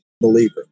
believer